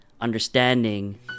understanding